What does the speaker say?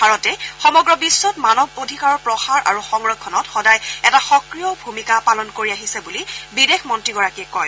ভাৰতে সমগ্ৰ বিখ্বত মানৱ অধিকাৰৰ প্ৰসাৰ আৰু সংৰক্ষণত সদায় এটা সক্ৰিয়া ভূমিকা পালন কৰি আহিছে বুলি বিদেশ মন্ত্ৰীগৰাকীয়ে কয়